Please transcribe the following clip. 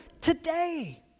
today